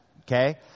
Okay